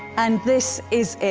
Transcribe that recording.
and this is it